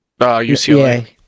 UCLA